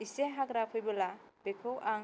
इसे हाग्रा फैबोला बिखौ आं